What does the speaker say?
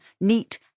neat